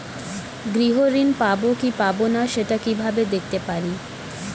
গৃহ ঋণ পাবো কি পাবো না সেটা কিভাবে দেখতে পারি?